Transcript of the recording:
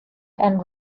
and